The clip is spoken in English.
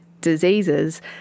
diseases